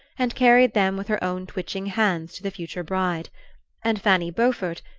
and carried them with her own twitching hands to the future bride and fanny beaufort,